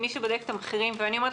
כמי שבודקים את המחירים ואני אומרת